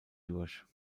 durch